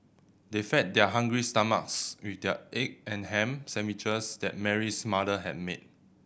they fed their hungry stomachs with the egg and ham sandwiches that Mary's mother had made